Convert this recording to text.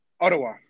Ottawa